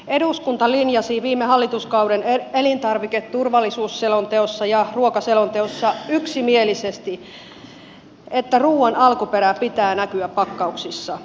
eduskunta linjasi viime hallituskauden elintarviketurvallisuusselonteossa ja ruokaselonteossa yksimielisesti että ruuan alkuperän pitää näkyä pakkauksissa